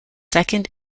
second